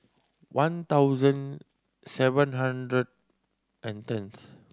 one thousand seven hundred and tenth